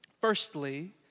firstly